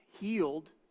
healed